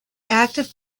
active